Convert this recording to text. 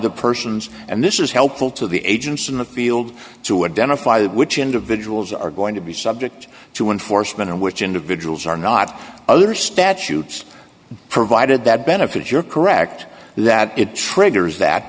the persons and this is helpful to the agents in the field to identify which individuals are going to be subject to enforcement and which individuals are not other statutes provided that benefit you're correct that it triggers that